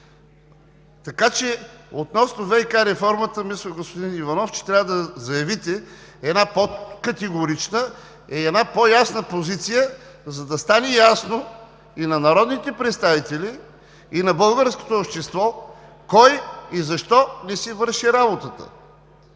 Иванов, относно ВиК реформата, мисля, че трябва да заявите една по-категорична и по-ясна позиция, за да стане ясно и на народните представители, и на българското общество кой и защо не си върши работата.